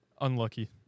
Unlucky